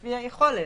לפי היכולת.